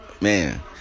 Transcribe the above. man